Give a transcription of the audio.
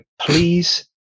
please